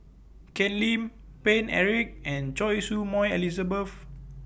Ken Lim Paine Eric and Choy Su Moi Elizabeth